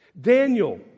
Daniel